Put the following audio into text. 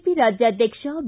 P ರಾಜ್ಯಾಧ್ಯಕ್ಷ B